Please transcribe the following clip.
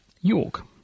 York